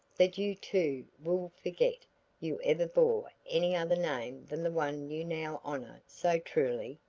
that you too, will forget you ever bore any other name than the one you now honor so truly?